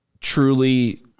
Truly